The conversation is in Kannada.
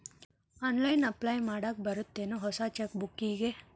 ಆನ್ಲೈನ್ ಅಪ್ಲೈ ಮಾಡಾಕ್ ಬರತ್ತೇನ್ ಹೊಸ ಚೆಕ್ ಬುಕ್ಕಿಗಿ